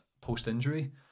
post-injury